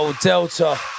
Delta